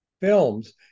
films